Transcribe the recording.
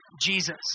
Jesus